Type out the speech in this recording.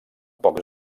pocs